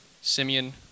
Simeon